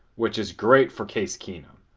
which is great for case keenum.